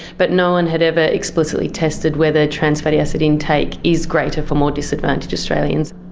but no one had ever explicitly tested whether trans-fatty acid intake is greater for more disadvantaged australians.